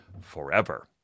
forever